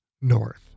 North